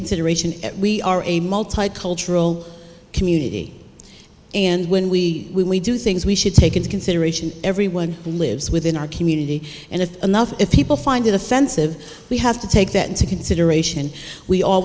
consideration that we are a multicultural community and when we when we do things we should take into consideration everyone who lives within our community and if enough people find it offensive we have to take that into consideration we all